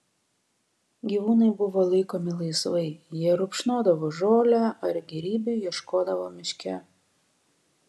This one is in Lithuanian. gyvūnai buvo laikomi laisvai jie rupšnodavo žolę ar gėrybių ieškodavo miške